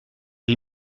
les